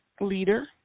leader